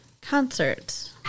concert